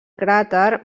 cràter